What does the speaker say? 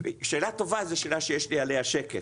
שאלה טובה זה שאלה שיש לי עליה שקף,